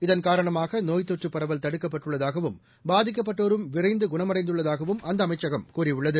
இதன் காரமணாக நோய்த் நொற்றுப் பரவல் தடுக்கப்பட்டுள்ளதாகவும் பாதிக்கப்பட்டோரும் விரைந்துகுணமடைந்துள்ளதாகவும் அந்தஅமைச்சகம் கூறியுள்ளது